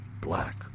Black